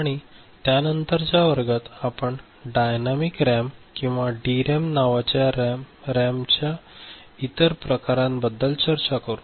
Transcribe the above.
आणि त्यानंतरच्या वर्गात आपण डायनॅमिक रॅम किंवा डीरॅम नावाच्या रॅमच्या इतर प्रकारांबद्दल चर्चा करू